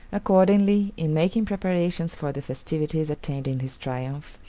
accordingly, in making preparations for the festivities attending his triumph,